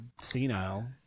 senile